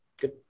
good